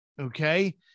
Okay